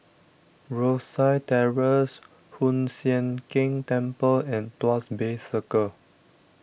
Rosyth Terrace Hoon Sian Keng Temple and Tuas Bay Circle